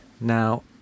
Now